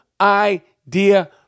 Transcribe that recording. idea